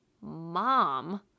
mom